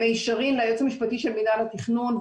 קרי, לייעוץ המשפטי של מינהל התכנון.